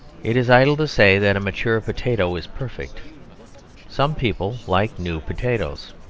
it is idle to say that a mature potato is perfect some people like new potatoes.